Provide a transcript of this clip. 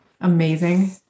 amazing